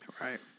Right